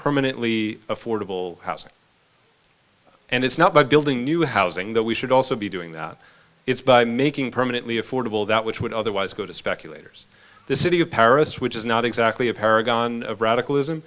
permanently affordable housing and it's not about building new housing that we should also be doing that is by making permanently affordable that which would otherwise go to speculators this city of paris which is not exactly a paragon of radicalis